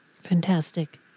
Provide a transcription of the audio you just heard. Fantastic